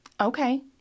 Okay